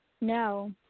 No